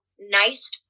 nice